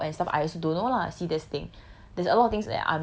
she got pretty go and pull up and stuff I also don't know lah see that's the thing